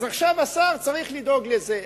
עכשיו השר צריך לדאוג לזה.